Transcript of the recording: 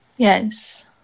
yes